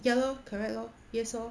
ya lor correct lor yes lor